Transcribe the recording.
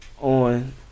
on